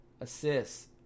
Assists